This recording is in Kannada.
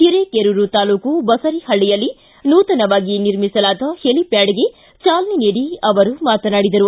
ಹಿರೇಕೆರೂರ ತಾಲೂಕು ಬಸರೀಪಳ್ಳಿಯಲ್ಲಿ ನೂತನವಾಗಿ ನಿರ್ಮಿಸಲಾದ ಹೆಲಿಪ್ಟಾಡ್ಗೆ ಜಾಲನೆ ನೀಡಿ ಅವರು ಮಾತನಾಡಿದರು